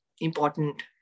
important